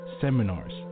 seminars